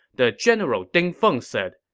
the general ding feng said,